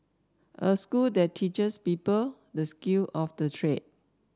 a school that teaches people the skill of the trade